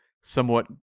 somewhat